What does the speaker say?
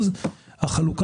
שלוש,